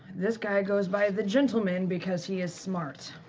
this guy goes by the gentleman because he is smart.